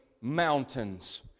mountains